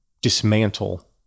dismantle